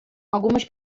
algumas